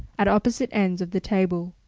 at opposite ends of the table,